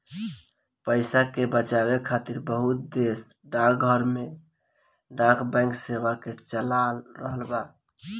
पइसा के बचावे खातिर बहुत देश डाकघर में डाक बैंक सेवा के चला रहल बा